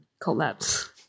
collapse